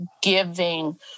giving